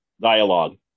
dialogue